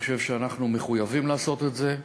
אני חושב שאנחנו מחויבים לעשות את זה.